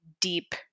deep